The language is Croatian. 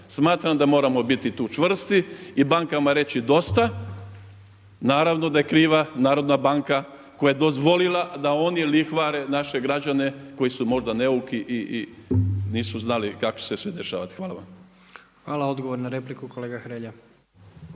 Smatram da moramo biti tu čvrsti i bankama reći dosta. Naravno da je kriva i Narodna banka koja je dozvolila da oni lihvare naše građane koji su možda neuki i nisu znali kako će se sve dešavati. Hvala vam. **Jandroković, Gordan (HDZ)** Hvala.